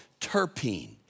terpene